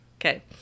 Okay